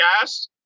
gas